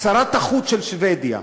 שרת החוץ של שבדיה,